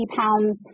pounds